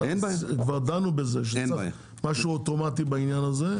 כבר דנו בזה ואמרנו שצריך משהו אוטומטי בעניין הזה.